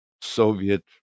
Soviet